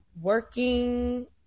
working